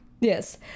yes